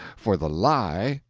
for the lie,